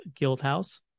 Guildhouse